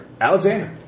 Alexander